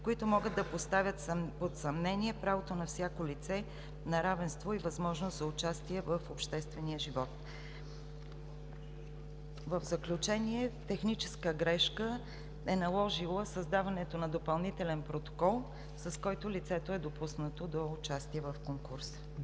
които могат да поставят под съмнение правото на всяко лице на равенство и възможност за участие в обществения живот. В заключение, техническа грешка е наложила създаването на допълнителен протокол, с който лицето е допуснато до участие в конкурса.